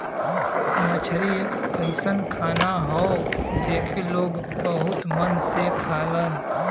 मछरी एक अइसन खाना हौ जेके लोग बहुत मन से खालन